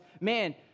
man